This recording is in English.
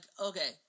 okay